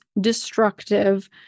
destructive